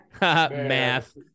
Math